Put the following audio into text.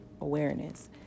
awareness